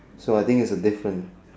so I think there is a difference